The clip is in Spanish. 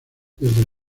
desde